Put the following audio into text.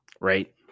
Right